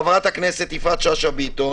חברת הכנסת יפעת שאשא ביטון